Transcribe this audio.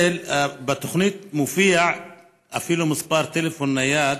בתוכנית אפילו מופיע מספר טלפון נייד.